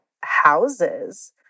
houses